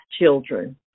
children